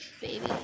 baby